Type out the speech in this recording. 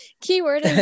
keyword